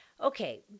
Okay